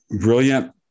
brilliant